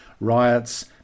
riots